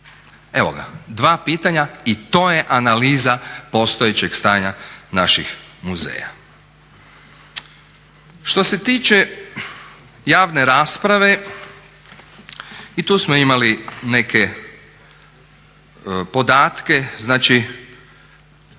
Evo, dva pitanja i to je analiza postojećeg stanja naših muzeja. Što se tiče javne rasprave i tu smo imali neke podatke, znači